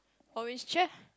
orange chair